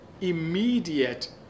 immediate